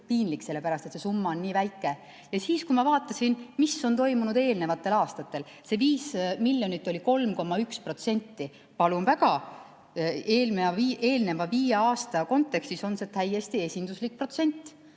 piinlik selle pärast, et see summa on nii väike. Ja siis, kui ma vaatasin, mis on toimunud eelnevatel aastatel, see 5 miljonit oli 3,1%. Palun väga, eelneva viie aasta kontekstis on see täiesti esinduslik protsent!